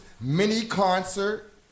mini-concert